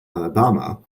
alabama